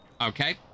Okay